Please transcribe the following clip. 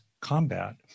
combat